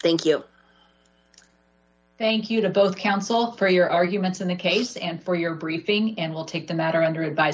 thank you thank you to both counsel for your arguments in the case and for your briefing and will take the matter under advi